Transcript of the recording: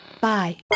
bye